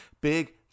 Big